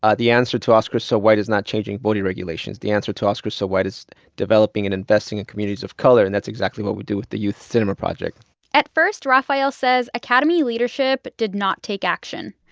ah the answer to oscars so white is not changing voting regulations, the answer to oscars so white is developing and investing in communities of color, and that's exactly what we do with the youth cinema project at first, rafael says, academy leadership did not take action.